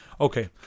Okay